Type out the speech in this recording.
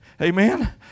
Amen